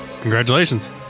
Congratulations